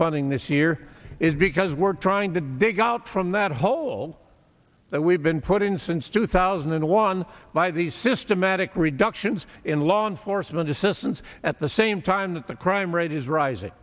funding this year is because we're trying to dig out from that hole that we've been put in since two thousand and one by these systematic reductions in law enforcement assistance at the same time that the crime rate is rising